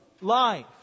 life